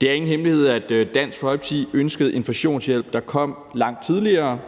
Det er ingen hemmelighed, at Dansk Folkeparti ønskede inflationshjælp, der kom langt tidligere,